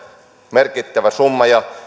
merkittävä summa ja